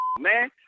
man